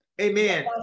Amen